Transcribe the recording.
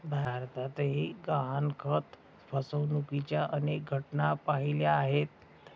भारतातही गहाणखत फसवणुकीच्या अनेक घटना पाहिल्या आहेत